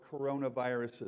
coronaviruses